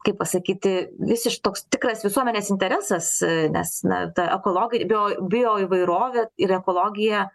kaip pasakyti visiš toks tikras visuomenės interesas nes ta ekologai bio bioįvairovė ir ekologija